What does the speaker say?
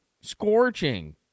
scorching